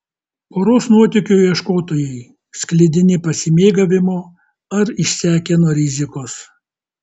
poros nuotykio ieškotojai sklidini pasimėgavimo ar išsekę nuo rizikos